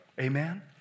Amen